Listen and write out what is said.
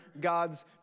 God's